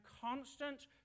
constant